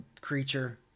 creature